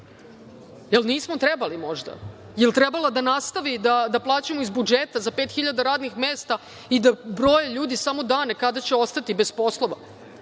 li nismo možda trebali? Da li je trebala da nastavi, da plaćamo iz budžeta za pet hiljada radnih mesta i da broje ljudi samo dane kada će ostati bez poslova?